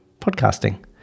podcasting